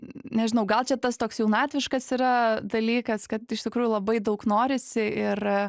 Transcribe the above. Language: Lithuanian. nežinau gal čia tas toks jaunatviškas yra dalykas kad iš tikrųjų labai daug norisi ir